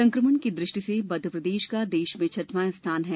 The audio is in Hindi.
संक्रमण की दृष्टि से मप्र का देश में छठवा स्थान है